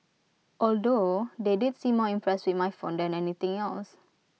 although they did seem more impressed with my phone than anything else